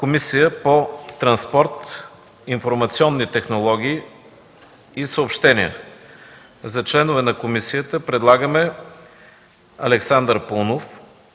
Комисия по транспорт, информационни технологии и съобщения: за членове на комисията предлагаме Александър Паунов,